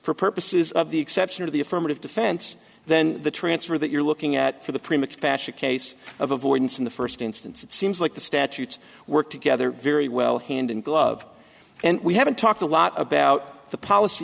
for purposes of the exception of the affirmative defense then the transfer that you're looking at for the pre mixed pascha case of avoidance in the first instance it seems like the statutes work together very well hand in glove and we haven't talked a lot about the policy